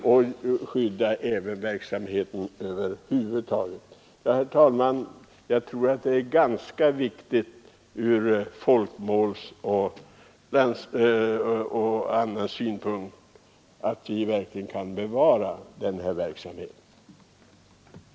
Jag tror det är viktigt både med hänsyn till att folkmålen bör bevaras och även ur andra synpunkter att denna verksamhet kan fortsätta.